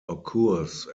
occurs